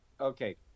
okay